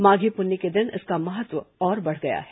माघी पुन्नी के दिन इसका महत्व और बढ़ गया है